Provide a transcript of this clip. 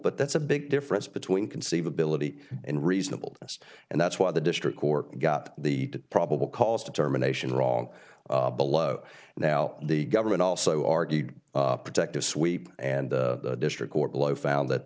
but that's a big difference between conceivability and reasonable and that's why the district court got the probable cause determination wrong below now the government also argued protective sweep and district court below found that